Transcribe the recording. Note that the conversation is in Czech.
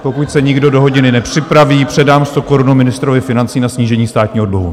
Pokud se nikdo do hodiny nepřihlásí, předám stokorunu ministrovi financí na snížení státního dluhu.